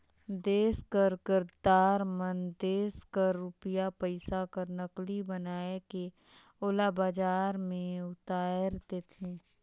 देस कर गद्दार मन देस कर रूपिया पइसा कर नकली बनाए के ओला बजार में उताएर देथे